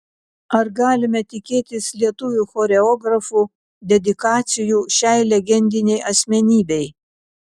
ar galime tikėtis lietuvių choreografų dedikacijų šiai legendinei asmenybei